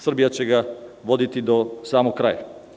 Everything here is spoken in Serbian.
Srbija će ga voditi do samog kraja.